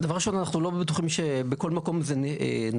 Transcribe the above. דבר ראשון, אנחנו לא בטוחים שבכל מקום זה נחוץ.